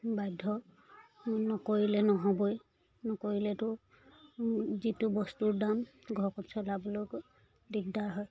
বাধ্য নকৰিলে নহ'বই নকৰিলেতো যিটো বস্তুৰ দাম ঘৰখন চলাবলৈ দিগদাৰ হয়